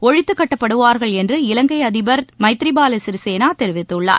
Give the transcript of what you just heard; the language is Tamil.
ஒழித்துக்கட்டப்படுவார்கள் என்று இலங்கை அதிபர் மைத்ரிபால சிறிசேனா தெரிவித்துள்ளார்